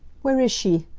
where is she?